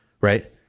right